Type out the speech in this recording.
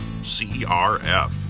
CRF